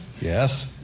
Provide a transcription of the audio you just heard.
Yes